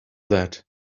that